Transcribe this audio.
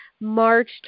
March